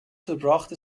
verbrachte